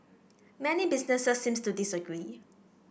many businesses seems to disagree